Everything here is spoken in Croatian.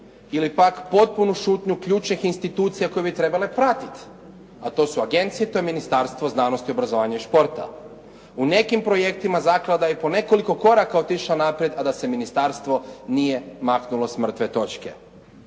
ili pak potpunu šutnju ključnih institucija koje bi trebale pratiti, a to su agencije, to je Ministarstvo znanosti, obrazovanja i športa. U nekim projektima zaklada je i po nekoliko koraka otišla naprijed, a da se ministarstvo nije maknulo s mrtve točke.